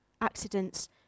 accidents